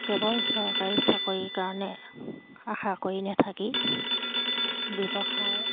কেৱল চৰকাৰী চাকৰিৰ কাৰণে আশা কৰি নেথাকি ব্যৱসায়